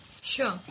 Sure